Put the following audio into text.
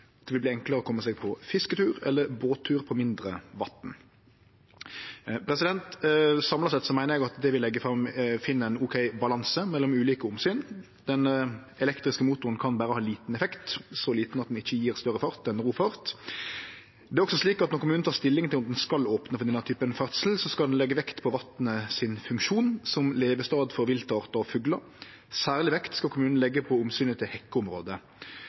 det vil verte enklare å kome seg på fisketur eller båttur på mindre vatn. Samla sett meiner eg at det vi legg fram, finn ein ok balanse mellom ulike omsyn. Den elektriske motoren kan berre ha liten effekt, så liten at det ikkje gjev større fart enn rofart. Det er også slik at når kommunen tek stilling til om ein skal opne for denne typen ferdsel, skal ein leggje vekt på vatnet sin funksjon som levestad for viltartar og fuglar. Særleg vekt skal kommunen leggje på omsynet til hekkeområde,